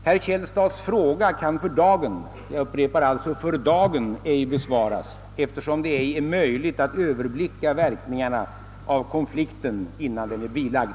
Herr Källstads fråga kan för dagen — jag upprepar: för dagen — ej besvaras, eftersom det ej är möjligt att överblicka verkningarna av konflikten, innan den är bilagd.